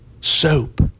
soap